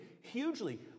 hugely